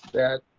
that